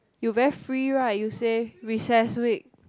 you very free right you say recess week